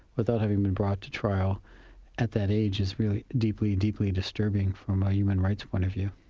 without having been brought to trial at that age is really deeply, deeply disturbing from a human rights point of view.